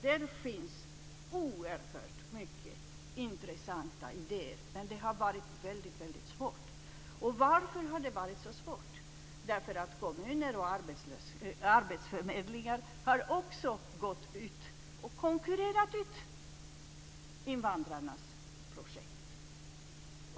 Det finns oerhört många intressanta idéer, men det har varit väldigt svårt. Varför har det varit så svårt? Därför att kommuner och arbetsförmedlingar också har gått ut och konkurrerat ut invandrarnas projekt.